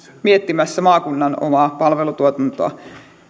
miettimässä maakunnan omaa palvelutuotantoa